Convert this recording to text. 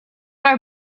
are